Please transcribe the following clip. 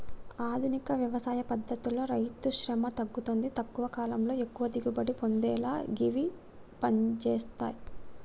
ఆధునిక వ్యవసాయ పద్దతితో రైతుశ్రమ తగ్గుతుంది తక్కువ కాలంలో ఎక్కువ దిగుబడి పొందేలా గివి పంజేత్తయ్